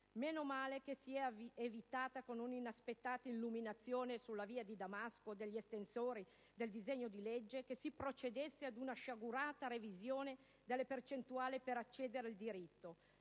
Meno male che si è evitato, con un'inaspettata illuminazione sulla via di Damasco degli estensori del disegno di legge, che si procedesse ad una sciagurata revisione delle percentuali per accedere al diritto.